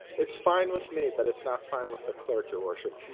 it's fine with me but it's not fine with the clerk, your worship.